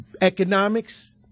economics